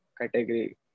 category